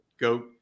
go